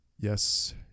Yes